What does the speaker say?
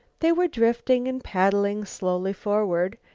they were drifting and paddling slowly forward,